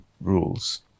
rules